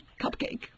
cupcake